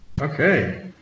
Okay